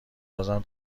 بازم